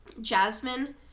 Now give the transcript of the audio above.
Jasmine